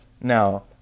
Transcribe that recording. Now